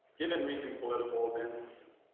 given recent political events,